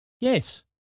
yes